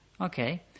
Okay